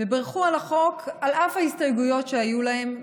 ובירכו על החוק על אף ההסתייגויות שהיו להם.